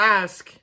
ask